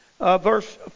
verse